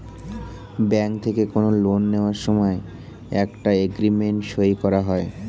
bank থেকে কোনো loan নেওয়ার সময় একটা এগ্রিমেন্ট সই করা হয়